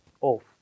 off